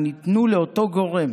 הניתנים לאותו גורם.